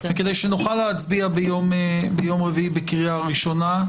כדי שנוכל להצביע ביום רביעי בקריאה הראשונה,